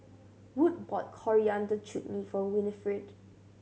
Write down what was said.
Wood bought Coriander Chutney for Winnifred